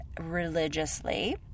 religiously